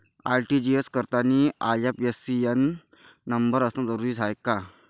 RTGS करतांनी IFSC न number असनं जरुरीच हाय का?